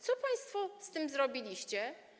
Co państwo z tym zrobiliście?